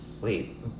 Wait